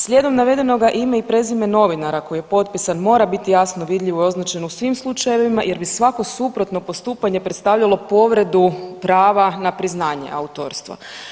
Slijedom navedenoga ime i prezime novinara koji je potpisan mora biti jasno vidljivo i označeno u svim slučajevima jer bi svako suprotno postupanje predstavljalo povredu prava na priznanje autorstva.